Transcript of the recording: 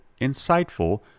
insightful